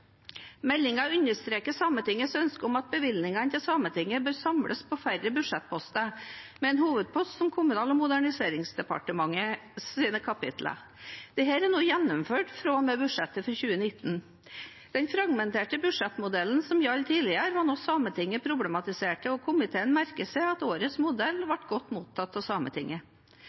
Meldingen understreker Sametingets ønske om at bevilgningene til Sametinget bør samles på færre budsjettposter, med en hovedpost over Kommunal- og moderniseringsdepartementets kapitler. Dette er nå gjennomført fra og med budsjettet for 2019. Den fragmenterte budsjettmodellen som gjaldt tidligere, er noe Sametinget har problematisert, og komiteen merker seg at årets modell ble godt mottatt av Sametinget.